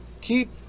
Keep